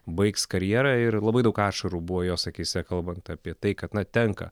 baigs karjerą ir labai daug ašarų buvo jos akyse kalbant apie tai kad na tenka